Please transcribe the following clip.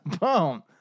Boom